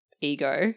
ego